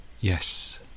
Yes